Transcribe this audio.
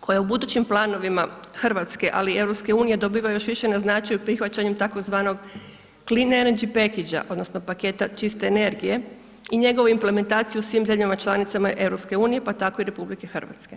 koja u budući planovima Hr e, ali i EU, dobiva još više na značaju prihvaćanjem tzv. … odnosno, paketa čiste energije i njegovu implementaciju u svim zemljama članicama EU, pa tako i RH.